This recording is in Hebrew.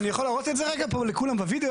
אני יכול להראות את זה רגע פה לכולם בווידיאו?